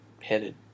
headed